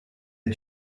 est